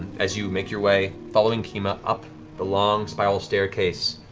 as you make your way, following kima up the long spiral staircase,